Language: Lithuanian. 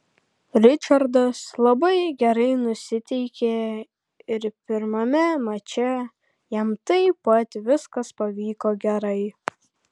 ričardas labai gerai nusiteikė ir pirmame mače jam taip pat viskas pavyko gerai